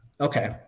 Okay